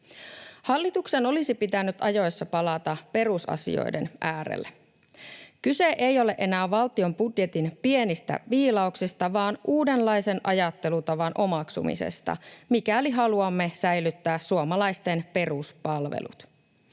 Hallituksen olisi pitänyt ajoissa palata perusasioiden äärelle. Kyse ei ole enää valtion budjetin pienistä viilauksista vaan uudenlaisen ajattelutavan omaksumisesta, mikäli haluamme säilyttää suomalaisten peruspalvelut.